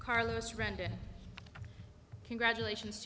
carlos renter congratulations